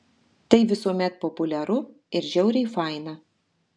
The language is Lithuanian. tai visuomet populiaru ir žiauriai faina